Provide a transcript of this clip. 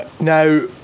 Now